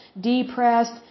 depressed